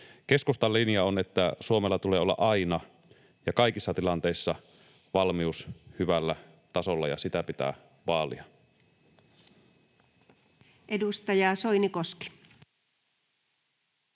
Keskustan linja on, että Suomella tulee olla aina ja kaikissa tilanteissa valmius hyvällä tasolla ja sitä pitää vaalia.